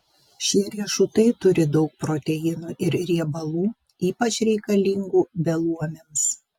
šie riešutai turi daug proteinų ir riebalų ypač reikalingų beluomiams